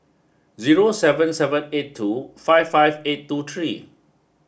zero seven seven eight two five five eight two three